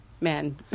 men